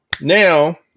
Now